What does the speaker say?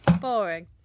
boring